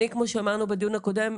כמו שאמרנו בדיון הקודם,